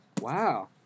Wow